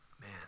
Man